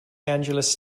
angeles